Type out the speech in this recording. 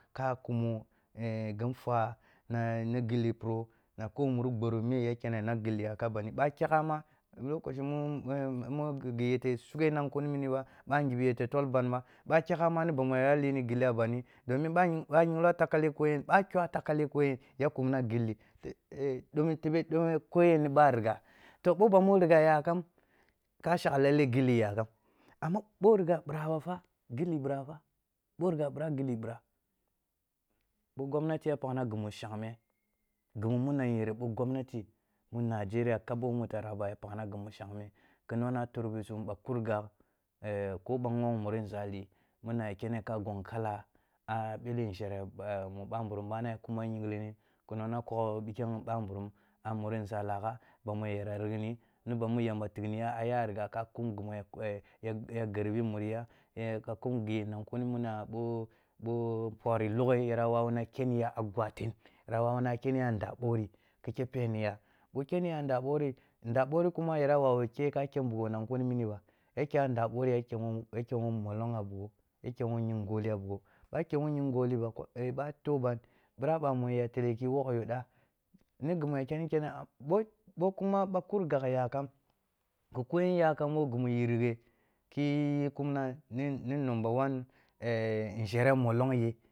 Ka kumo ghin nfwa na eh gilli paroh na ko muri gborum mhe ya kene na gilli yakam a bandi, ɓa a khegha ma, lokashi mu ghi yete sughe nan kuni mini ba, ɓanghiba yete tol ban ba, ɓo a khegha ma ni bamu ya lie gilli a bandi, domin ɓa ɓa a yingle a takale koyen ɓo a kyah a takale ko yen, ya kumna gilli ko yen ni ɓa kigha, toh, ɓo ban mu righa yakam, ka shakgh lalle gilli yakam amma ɓo righa ɓira bafa, gilli ɓira fa, bo ligha bira gilli ɓira, ɓo gomnati ya pagh ghi mu shangme, ghi mu na nyere ɓo gomnati nigeria kab wo taraba ya paghna ghi mu shangme, ki nuna tur bisum ɓa kur gagh eh ko banu muri nȝali muna ya kene ka gong kala a bele nȝhere ba eh mu bamburum ɓani akuma yinglini ki ona kough ɓamburum a muri nȝa lagha, bamu yara lighni, ni ba mu yamba tighniya aya righa ka kum ghi mu ya ya garbi muriya eh k akum ghi nakunmuna ɓo- bo mporhi loghe yara wawuna keniya a gwaten yara wawuna keniya a gwaten yara wawuna kuniya a nda ɓorhi, ki khi peniya ɓo keniya a nda borhi, nda borhi kuma ya wawu khe ka kyah bugho nan kunimini ba, ya kyah nda borhi ya khen ya khen wo molong a bugho, ya kyeh wo ying gol a bugho, ba a kyol wo ying gol ri ba, ɓo a toh ban, bira ɓamu ya tele ki wogh yo da, ni ghi mu ya keni kene bo- bo kuma ba kur gagh ya kam, toh ka yon ya kam wo ghi mu yere ye ki kumna ni ni nomba one nȝhere molonghe.